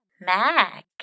Mac